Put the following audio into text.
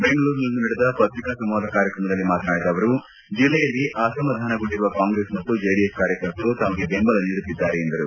ಬೆಂಗಳೂರಿನಲ್ಲಿಂದು ನಡೆದ ಪತ್ರಿಕಾ ಸಂವಾದ ಕಾರ್ಯಕ್ರಮದಲ್ಲಿ ಮಾತನಾಡಿದ ಅವರು ಜಿಲ್ಲೆಯಲ್ಲಿ ಅಸಮಾಧಾನಗೊಂಡಿರುವ ಕಾಂಗ್ರೆಸ್ ಮತ್ತು ಜೆಡಿಎಸ್ ಕಾರ್ಯಕರ್ತರು ತಮಗೆ ಬೆಂಬಲ ನೀಡುತ್ತಿದ್ದಾರೆ ಎಂದರು